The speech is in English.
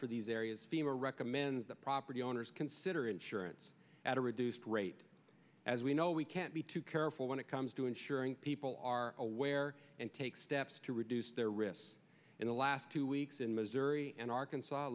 for these areas fema recommends the property owners consider insurance at a reduced rate as we know we can't be too careful when it comes to ensuring people are aware and take steps to reduce their risk in the last two weeks in missouri and arkansas